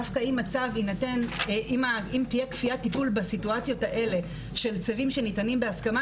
דווקא אם תהיה כפיית טיפול בסיטואציות האלה של צווים שניתנים בהסכמה,